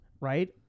right